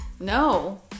No